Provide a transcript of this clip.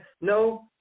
no